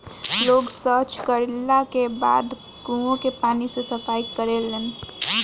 लोग सॉच कैला के बाद कुओं के पानी से सफाई करेलन